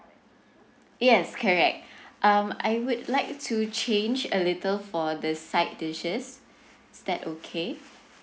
yes correct um I would like to change a little for the side dishes is that okay